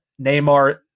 Neymar